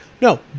No